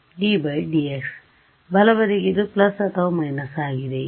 ddx ಬಲ ಬದಿಗೆ ಇದು ಪ್ಲಸ್ ಅಥವಾ ಮೈನಸ್ ಆಗಿದೆಯೇ